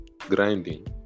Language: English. grinding